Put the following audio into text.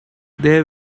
they